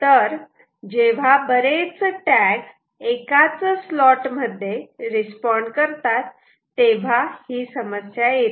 तर जेव्हा बरेच टॅग एकाच स्लॉट मध्ये रिस्पोंड करतात तेव्हा ही समस्या येते